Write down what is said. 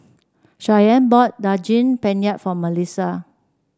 Shyann bought Daging Penyet for Malissa